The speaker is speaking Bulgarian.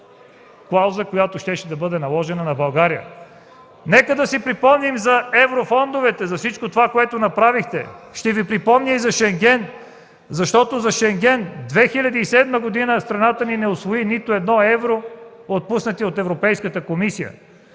клауза, която щеше да бъде наложена на България? Нека да си припомним за еврофондовете, за всичко това, което направихте. Ще Ви припомня и за Шенген, защото за Шенген в 2007 г. страната ни не усвои нито едно евро, отпуснати от Европейската комисия.